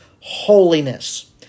holiness